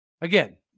Again